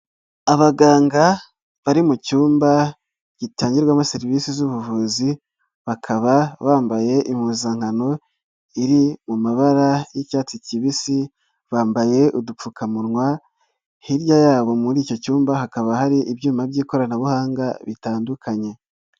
Abaganga bari mu cyumba gitangirwamo serivisi z'ubuvuzi, bakaba bambaye impuzankano iri mu mabara y'icyatsi kibisi, bambaye udupfukamunwa hirya yabo muri icyo cyumba hakaba hari ibyuma by'ikoranabuhanga bitandukanye.